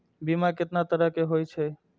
बीमा केतना तरह के हाई छै?